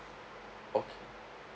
okay